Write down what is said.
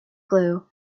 glue